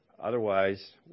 Otherwise